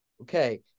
Okay